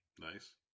Nice